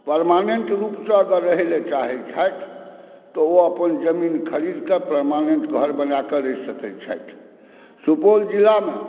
permanent रूपसॅं अगर रहै लए चाहै छथि तऽ ओ अपन ज़मीन ख़रीदकऽ परमानेंट घर बनाक रहि सकै छथि सुपौल जिलामे